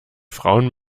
frauen